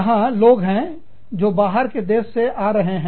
यहां लोग हैं जो बाहर के देशों से आ रहे हैं